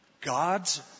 God's